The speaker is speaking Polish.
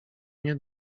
nie